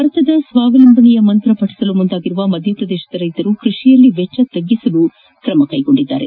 ಭಾರತದ ಸ್ಲಾವಲಂಬನೆಯ ಮಂತ್ರಪಠಿಸಲು ಮುಂದಾಗಿರುವ ಮಧ್ಯಪ್ರದೇಶದ ರೈತರು ಕೃಷಿಯಲ್ಲಿ ವೆಚ್ಚವನ್ನು ತಗ್ಗಿಸಲು ಕ್ರಮ ಕೈಗೊಂಡಿದ್ದಾರೆ